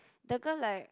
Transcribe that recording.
the girl like